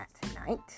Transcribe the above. tonight